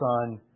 son